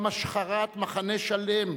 גם השחרת מחנה שלם